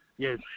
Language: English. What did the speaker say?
Yes